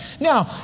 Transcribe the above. Now